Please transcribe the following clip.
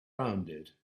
rounded